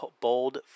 bold